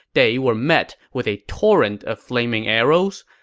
they were met with a torrent of flaming arrows.